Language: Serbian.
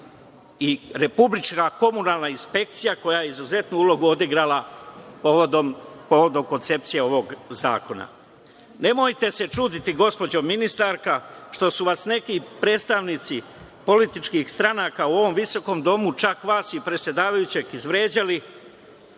i Republička komunalna inspekcija koja je izuzetno ulogu odigrala povodom koncepcije ovog zakona. Nemojte se čuditi, gospođo ministarka, što su vas neki predstavnici političkih stranaka u ovom visokom domu vas i predsedavajućeg izvređali.